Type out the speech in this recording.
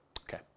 Okay